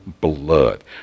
blood